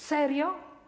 Serio?